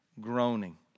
groaning